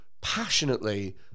passionately